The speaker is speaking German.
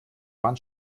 wand